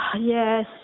yes